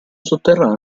sotterraneo